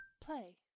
Play